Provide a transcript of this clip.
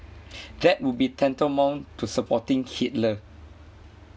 that would be tantamount to supporting hitler